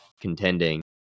contending